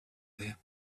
there